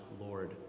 Lord